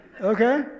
okay